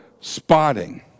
spotting